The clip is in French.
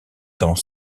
dans